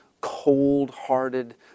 cold-hearted